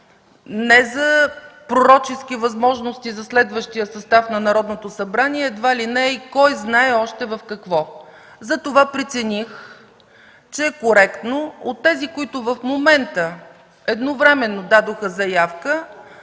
не за пророчески възможности за следващия състав на Народното събрание, а едва ли не и кой знае още за какво! Затова прецених, че е коректно от тези, които в момента едновременно подадоха заявка,